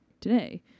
today